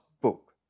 book